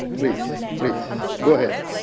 please. please. go ahead.